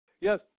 Yes